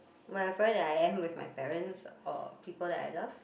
wherever that I am with my parents or people that I love